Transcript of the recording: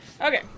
Okay